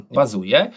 bazuje